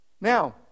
Now